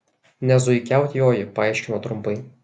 ne zuikiaut joji paaiškino trumpai